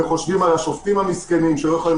וחושבים על השופטים המסכנים שלא יכולים